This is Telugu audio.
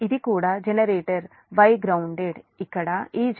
ఇది కూడా జనరేటర్ Y గ్రౌన్దేడ్ ఇక్కడ ఈ Zn కు j0